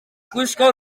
gwisgo